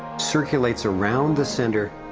circulates around the center